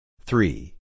Three